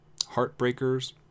Heartbreakers